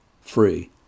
free